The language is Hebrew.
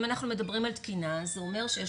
אם אנחנו מדברים על תקינה זה אומר שיש